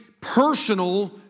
personal